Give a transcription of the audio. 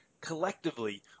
Collectively